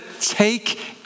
Take